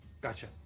Gotcha